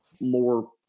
more